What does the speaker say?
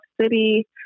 city